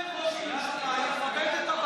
את רוצה כרגע להשלים שתי דקות, או בסוף?